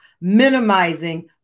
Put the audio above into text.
minimizing